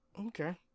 Okay